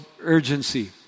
urgency